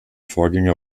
vorgänger